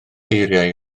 eiriau